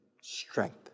strength